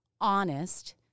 honest